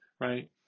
right